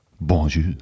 Bonjour